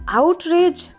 outrage